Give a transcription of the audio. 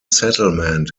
settlement